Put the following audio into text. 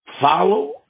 follow